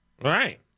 Right